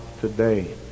today